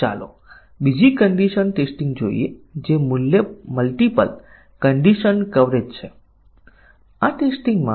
હવે ચાલો એક સરળ પરીક્ષણ વ્યૂહરચના જોઈએ જે નિવેદન કવરેજ પરીક્ષણ છે